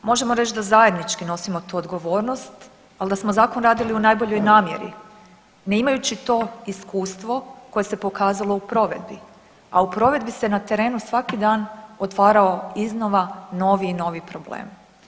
Možemo reći da zajednički nosimo tu odgovornost, ali da smo zakon radili u najboljoj namjeri ne imajući to iskustvo koje se pokazalo u provedbi, a u provedbi se na terenu svaki dan otvarao iznova novi i novi problem.